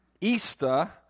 Easter